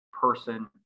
person